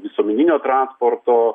visuomeninio transporto